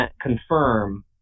confirm